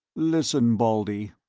listen, baldy,